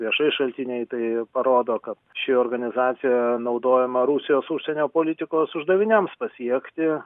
viešai šaltiniai tai parodo kad ši organizacija naudojama rusijos užsienio politikos uždaviniams pasiekti